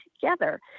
together